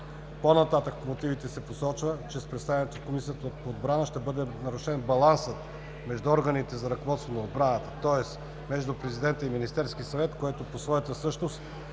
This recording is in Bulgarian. По-нататък в мотивите се посочва, че с представянето в Комисията по отбрана ще бъде нарушен балансът между органите за ръководство на отбраната, тоест между президента и Министерския съвет, което по своята същност